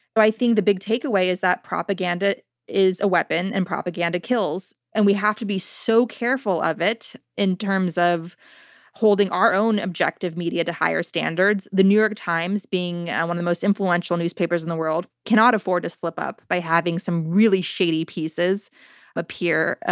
but i think the big takeaway is that propaganda is a weapon and propaganda kills and we have to be so careful of it in terms of holding our own objective media to higher standards. the new york times, being one of the most influential newspapers in the world, cannot afford to slip up by having some really shady pieces appear, ah